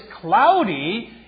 cloudy